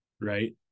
right